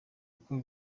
uko